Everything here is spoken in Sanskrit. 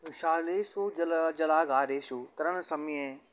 शालासु जल जलागारेषु तरणसमये